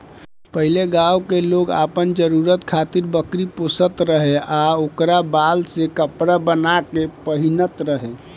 पहिले गांव के लोग आपन जरुरत खातिर बकरी पोसत रहे आ ओकरा बाल से कपड़ा बाना के पहिनत रहे